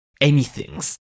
anythings